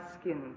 skin